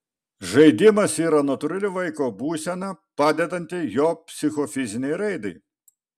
žaidimas yra natūrali vaiko būsena padedanti jo psichofizinei raidai